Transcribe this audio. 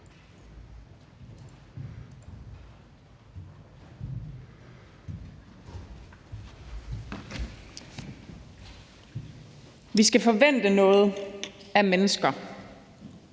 Vi skal forvente noget af mennesker;